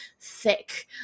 thick